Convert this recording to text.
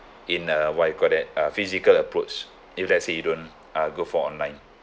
in a what do you call that uh physical approach if let's say you don't uh go for online